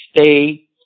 Stay